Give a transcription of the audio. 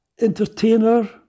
entertainer